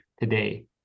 today